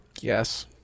yes